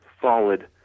solid